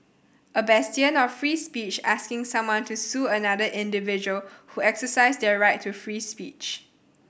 a bastion of free speech asking someone to sue another individual who exercised their right to free speech